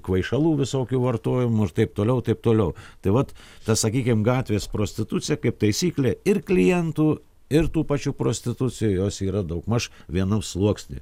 kvaišalų visokių vartojimo ir taip toliau taip toliau tai vat ta sakykime gatvės prostitucija kaip taisyklė ir klientų ir tų pačių prostitucija jos yra daugmaž vienam sluoksnį